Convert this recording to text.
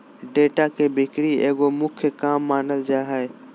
data के बिक्री एगो मुख्य काम मानल जा हइ